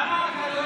למה?